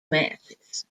matches